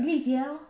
li jie lor